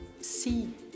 see